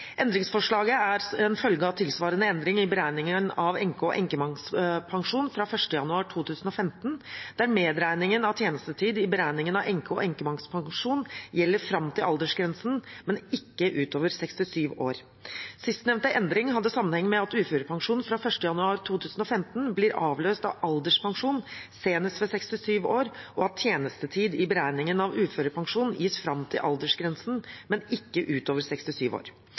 Endringsforslaget er en følge av tilsvarende endring i beregningen av enke- og enkemannspensjon fra 1. januar 2015, der medregningen av tjenestetid i beregningen av enke- og enkemannspensjon gjelder fram til aldersgrensen, men ikke utover 67 år. Sistnevnte endring hadde sammenheng med at uførepensjon fra 1. januar 2015 blir avløst av alderspensjon senest ved 67 år, og at tjenestetid i beregningen av uførepensjon gis fram til aldersgrensen, men ikke utover 67 år.